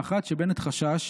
האחת, שבנט חשש,